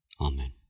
Amen